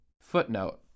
Footnote